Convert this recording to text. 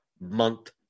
month